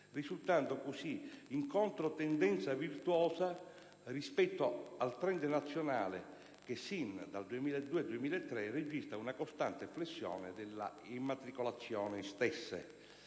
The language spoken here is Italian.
risultando così in controtendenza virtuosa rispetto al *trend* nazionale che, sin dal 2002-2003, registra una costante flessione delle immatricolazioni stesse.